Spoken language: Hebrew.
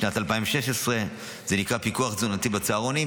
משנת 2016. זה נקרא פיקוח תזונתי בצהרונים,